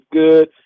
good